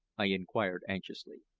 i inquired anxiously.